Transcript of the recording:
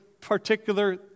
particular